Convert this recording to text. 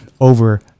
over